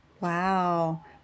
Wow